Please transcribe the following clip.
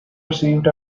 received